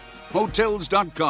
Hotels.com